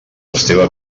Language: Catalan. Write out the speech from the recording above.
esteve